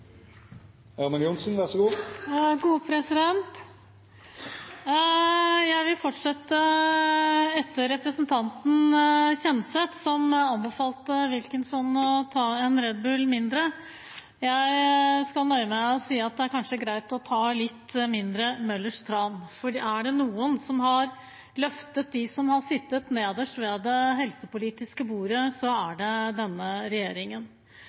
mye der ute. Så 200 mill. kr – beklager SV, men det er å hoppe etter Wirkola. Etter representanten Kjenseth, som anbefalte Wilkinson å ta en Red Bull mindre, skal jeg nøye meg med å si at det kanskje er greit å ta litt mindre Møllers tran, for er det noen som har løftet dem som har sittet nederst ved det helsepolitiske bordet, er det denne